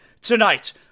tonight